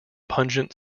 pungent